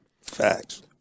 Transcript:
Facts